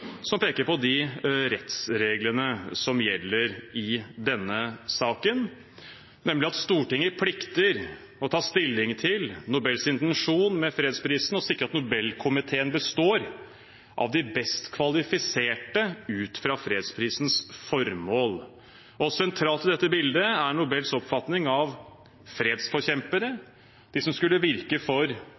som peker på de rettsreglene som gjelder i denne saken, nemlig at Stortinget plikter å ta stilling til Nobels intensjon med fredsprisen og sikre at Nobelkomiteen består av de best kvalifiserte ut fra fredsprisens formål. Sentralt i dette bildet er Nobels oppfatning av fredsforkjempere – de som skulle virke for